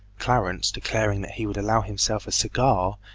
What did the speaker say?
clarence, declaring that he would allow himself a cigar,